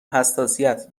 حساسیت